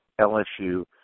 LSU